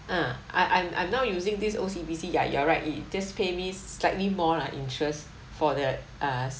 ah I I'm I'm now using this O_C_B_C ya you're right it just pay me slightly more lah interest for the uh